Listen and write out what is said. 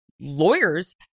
lawyers